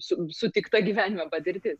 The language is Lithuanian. su sutikta gyvenime patirtis